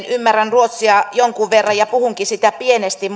ymmärrän ruotsia jonkun verran ja puhunkin sitä pienesti